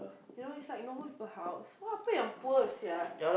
you know it's like normal people house what happen when you poor sia